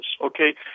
okay